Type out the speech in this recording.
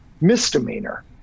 misdemeanor